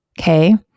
okay